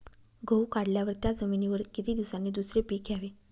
गहू काढल्यावर त्या जमिनीवर किती दिवसांनी दुसरे पीक घ्यावे?